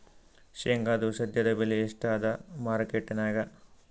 ಶೇಂಗಾದು ಸದ್ಯದಬೆಲೆ ಎಷ್ಟಾದಾ ಮಾರಕೆಟನ್ಯಾಗ?